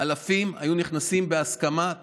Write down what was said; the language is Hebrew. היו נכנסים ברכבות אלפים,